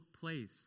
place